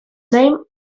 name